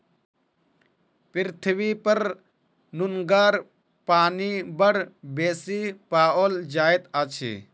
पृथ्वीपर नुनगर पानि बड़ बेसी पाओल जाइत अछि